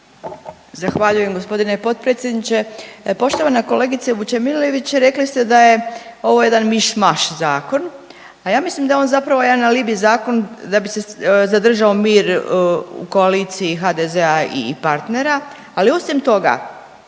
Zahvaljujem g. potpredsjedniče. Poštovana kolegice Vučemilović, rekli ste da je ovo jedan miš-maš zakon, a ja mislim da je on zapravo jedan alibi zakon da bi se zadržao mir u koaliciji HDZ-a i partnera, ali osim toga,